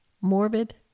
Morbid